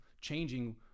changing